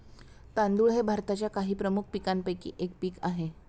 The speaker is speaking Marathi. तांदूळ हे भारताच्या काही प्रमुख पीकांपैकी एक पीक आहे